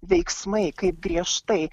veiksmai kaip griežtai